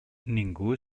ningú